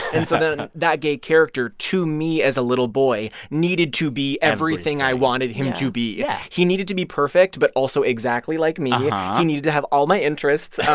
and so then that gay character, to me as a little boy, needed to be everything i wanted him to be. yeah he needed to be perfect but also exactly like me. he ah needed to have all my interests.